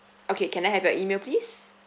okay can I have your email please